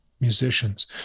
musicians